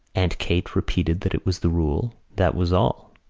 aunt kate repeated that it was the rule, that was all.